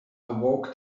awoke